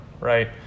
right